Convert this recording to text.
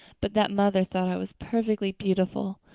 but that mother thought i was perfectly beautiful.